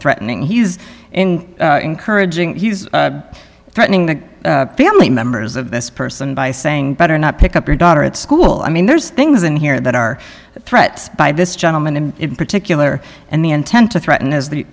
threatening he's encouraging he's threatening the family members of this person by saying better not pick up your daughter at school i mean there's things in here that are threats by this gentleman in particular and the intent to threaten as the